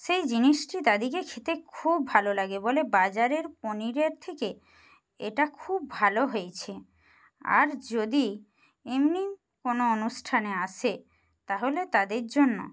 সেই জিনিসটি তাদেরকে খেতে খুব ভালো লাগে বলে বাজারের পনিরের থেকে এটা খুব ভালো হয়েছে আর যদি এমনি কোনো অনুষ্ঠানে আসে তাহলে তাদের জন্য